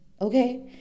okay